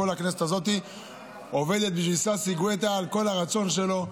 כל הכנסת הזאת עובדת בשביל ששי גואטה על כל הרצון שלו.